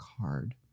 card